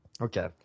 Okay